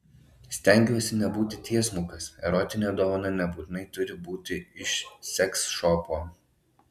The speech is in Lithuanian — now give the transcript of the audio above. stengiuosi nebūti tiesmukas erotinė dovana nebūtinai turi būti iš seksšopo